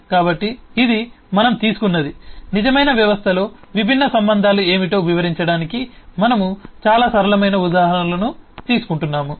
కాబట్టి ఇది మనము తీసుకున్నది నిజమైన వ్యవస్థలో విభిన్న సంబంధాలు ఏమిటో వివరించడానికి మనము చాలా సరళమైన ఉదాహరణలను తీసుకుంటున్నాము